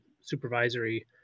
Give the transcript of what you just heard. supervisory